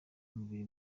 umubiri